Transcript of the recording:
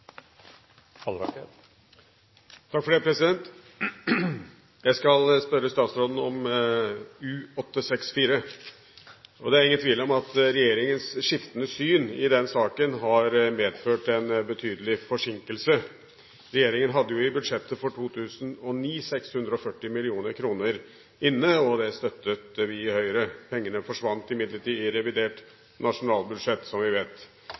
ingen tvil om at regjeringens skiftende syn i den saken har medført en betydelig forsinkelse. Regjeringen hadde jo i budsjettet for 2009 640 mill. kr inne, og det støttet vi i Høyre. Pengene forsvant imidlertid i revidert nasjonalbudsjett, som vi vet.